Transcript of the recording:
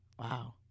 Wow